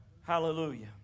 Hallelujah